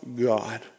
God